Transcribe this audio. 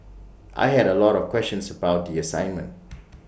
I had A lot of questions about the assignment